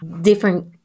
different